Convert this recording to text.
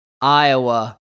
Iowa